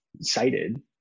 cited